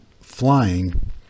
flying